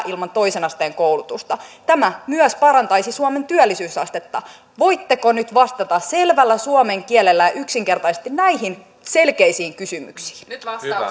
ilman toisen asteen koulutusta tämä myös parantaisi suomen työllisyysastetta voitteko nyt vastata selvällä suomen kielellä yksinkertaisesti näihin selkeisiin kysymyksiin